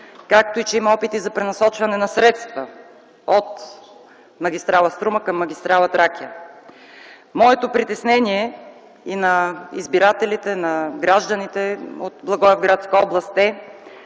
както и че има опити за пренасочване на средства от магистрала „Струма” към магистрала „Тракия”. Моето притеснение и това на избирателите и гражданите от Благоевградска област е